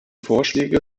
vorschläge